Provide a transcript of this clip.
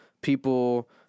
people